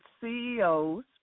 CEOs